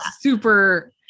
super